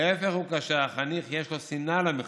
להפך הוא כאשר החניך, יש לו שנאה למחנכו,